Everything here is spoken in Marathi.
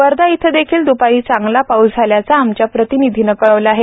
वर्धा इथं देखील द्पारी चांगला पाऊस झाल्याचं आमच्या प्रतिनिधीनं कळवलं आहे